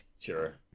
Sure